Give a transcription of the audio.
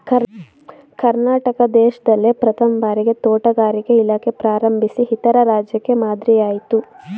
ಕರ್ನಾಟಕ ದೇಶ್ದಲ್ಲೇ ಪ್ರಥಮ್ ಭಾರಿಗೆ ತೋಟಗಾರಿಕೆ ಇಲಾಖೆ ಪ್ರಾರಂಭಿಸಿ ಇತರೆ ರಾಜ್ಯಕ್ಕೆ ಮಾದ್ರಿಯಾಯ್ತು